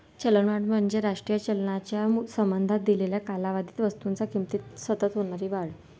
चलनवाढ म्हणजे राष्ट्रीय चलनाच्या मूल्याच्या संबंधात दिलेल्या कालावधीत वस्तूंच्या किमतीत सतत होणारी वाढ